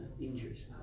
injuries